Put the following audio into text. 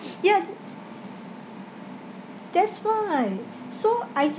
yeah that's why so I